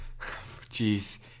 Jeez